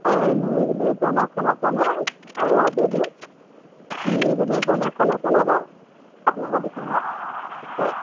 অ সেই নিৰিবিলি উপন্যাসখন আছেনে আৰু আবেলি নিৰিবিলি উপন্যাসখন আছে নাই বাৰু আপোনালোকৰ দোকানত আছে